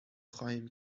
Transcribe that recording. خواهیم